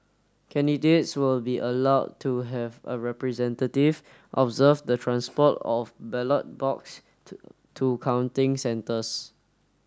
candidates will be allowed to have a representative observe the transport of ballot box to to counting centres